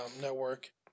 network